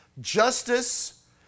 Justice